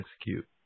execute